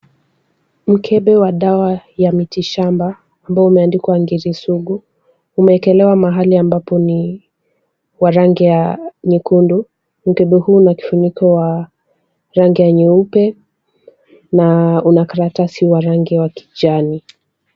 Mkebe wa dawa ya miti shamba ambao umeandikwa ngiri sugu umewekelewa mahali ambapo ni wa rangi ya nyekundu. Mkebe huu una kifuniko wa rangi ya nyeupe na una karatasi wa rangi ya kijani.